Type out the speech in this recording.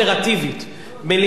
מליאה זה יותר דקלרטיבי,